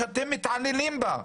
שאתם מתעללים בה.